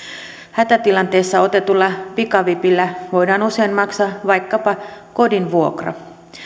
hätätilanteessa otetulla pikavipillä voidaan usein maksaa vaikkapa kodin vuokra